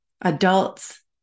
Adults